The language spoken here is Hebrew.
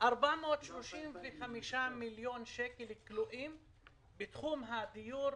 נשאר שם תקציב של 435 מיליון שקל בתחום הדיור,